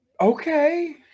Okay